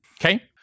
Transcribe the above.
Okay